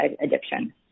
addiction